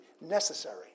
necessary